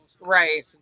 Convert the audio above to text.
Right